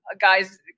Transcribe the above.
guys